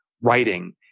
writing